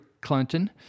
Clinton